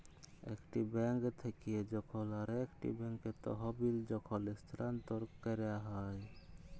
একটি বেঙ্ক থেক্যে যখন আরেকটি ব্যাঙ্কে তহবিল যখল স্থানান্তর ক্যরা হ্যয়